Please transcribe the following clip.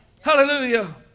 Hallelujah